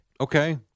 Okay